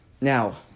Now